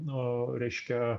nu reiškia